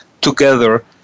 together